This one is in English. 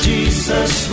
Jesus